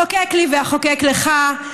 חוקק לי ואחוקק לך,